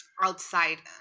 outside